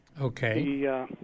Okay